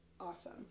awesome